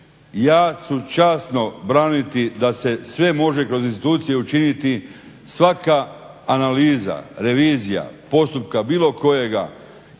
Ja ću časno braniti da se sve može kroz institucije učiniti, svaka analiza, revizija postupka bilo kojeg